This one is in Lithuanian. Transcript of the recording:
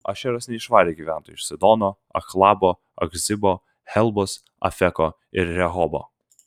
ašeras neišvarė gyventojų iš sidono achlabo achzibo helbos afeko ir rehobo